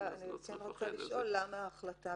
אני רק רוצה לשאול, למה ההחלטה